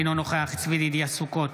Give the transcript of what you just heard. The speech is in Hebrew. אינו נוכח צבי ידידיה סוכות,